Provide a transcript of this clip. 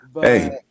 Hey